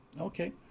Okay